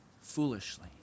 foolishly